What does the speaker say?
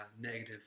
negative